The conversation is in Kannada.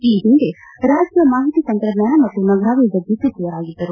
ಈ ಹಿಂದೆ ರಾಜ್ಯ ಮಾಹಿತಿ ತಂತ್ರಜ್ಞಾನ ಮತ್ತು ನಗರಾಭಿವೃದ್ದಿ ಸಚಿವರಾಗಿದ್ದರು